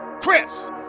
Chris